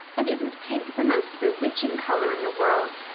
and isn't pink the most bewitching color in the world?